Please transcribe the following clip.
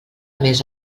més